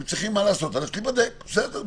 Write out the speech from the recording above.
הם צריכים ללכת להיבדק בסדר,